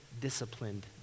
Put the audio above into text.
disciplined